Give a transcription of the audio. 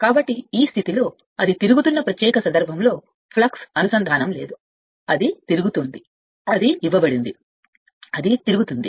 కాబట్టి ఈ స్థితిలో అది తిరుగుతున్న ప్రత్యేక సందర్భంలో ఫ్లక్స్ అనుసంధానం లేదు అది తిరుగుతోంది అది ఇవ్వబడింది అది తిరుగుతుంది అని చెప్పండి కొన్ని మార్గాలు దానిని తిప్పడానికి చేస్తున్నాయి